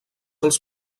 els